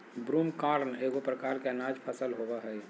broomcorn एगो प्रकार के अनाज फसल होबो हइ